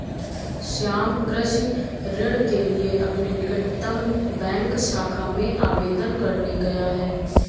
श्याम कृषि ऋण के लिए अपने निकटतम बैंक शाखा में आवेदन करने गया है